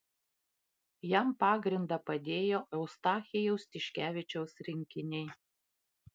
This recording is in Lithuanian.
jam pagrindą padėjo eustachijaus tiškevičiaus rinkiniai